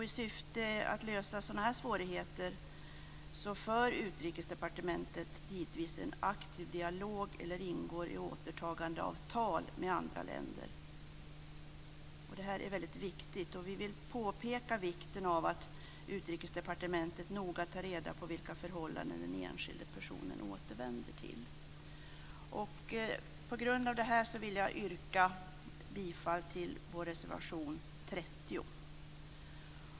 I syfte att lösa sådana svårigheter för Utrikesdepartementet givetvis en aktiv dialog eller ingår återtagandeavtal med andra länder. Det är väldigt viktigt. Vi vill påpeka vikten av att Utrikesdepartementet noga tar reda på vilka förhållanden den enskilda personen återvänder till. På grund av detta vill jag yrka bifall till vår reservation nr 30.